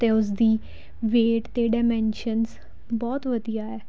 ਅਤੇ ਉਸ ਦੀ ਵੇਟ ਅਤੇ ਡਮੈਨਸ਼ਨਸ ਬਹੁਤ ਵਧੀਆ ਹੈ